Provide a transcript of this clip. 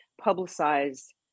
publicized